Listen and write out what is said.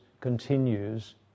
continues